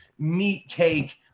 meatcake